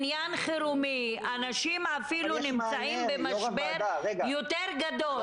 אנשים אפילו נמצאים במשבר יותר גדול.